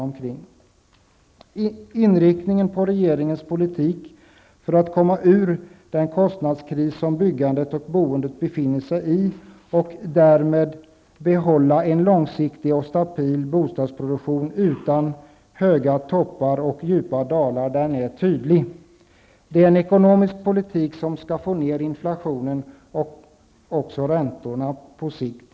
Inriktningen beträffande regeringens politik för att komma ut ur den kostnadskris som byggandet och boendet befinner sig i och för att därmed behålla en långsiktig och stabil bostadsproduktion utan höga toppar och djupa dalar är tydlig: -- Det är en ekonomisk politik som syftar till att få ner inflationen och också räntorna på sikt.